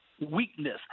weakness